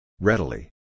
Readily